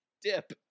dip